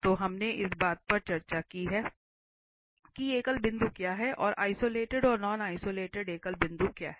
तो हमने इस बात पर चर्चा की है कि एकल बिंदु क्या है और आइसोलेटेड और नॉन आइसोलेटेड एकल बिंदु क्या है